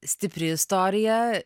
stipri istorija